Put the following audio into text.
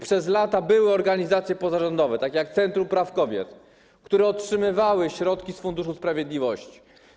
Przez lata takie organizacje pozarządowe jak Centrum Praw Kobiet otrzymywały środki z Funduszu Sprawiedliwości.